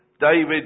David